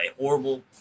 horrible